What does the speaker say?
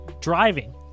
driving